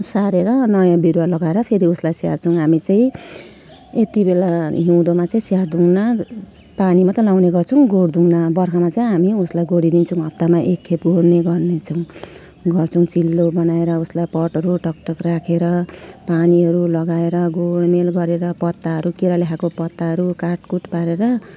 सारेर नयाँ बिरुवा लगाएर फेरि उसलाई स्याहार्छौँ हामी चाहिँ यति बेला हिउँदमा चाहिँ स्याहार्दैनौँ पानी मात्रै लगाउने गर्छौँ गोड्दैनौ बर्खामा चाहिँ हामी उसलाई गोडिदिन्छौँ हप्तामा एकखेप गोड्ने गर्छौँ चिल्लो बनाएर उसलाई पटहरू टक टक राखेर पानीहरू लगाएर गोडमेल गरेर पत्ताहरू किराले खाएको पत्ताहरू काटकुट पारेर